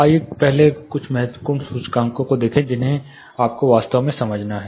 आइए हम कुछ महत्वपूर्ण सूचकांकों को देखें जिन्हें आपको वास्तव में समझना है